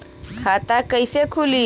खाता कईसे खुली?